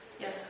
Yes